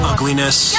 Ugliness